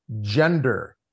gender